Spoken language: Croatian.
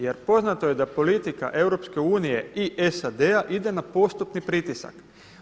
Jer poznato je da politika EU i SAD-a ide na postupni pritisak.